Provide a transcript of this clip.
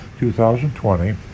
2020